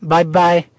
Bye-bye